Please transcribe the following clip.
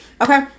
Okay